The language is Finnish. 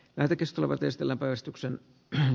rikastuivat esitellä pelastuksen päähän